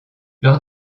lors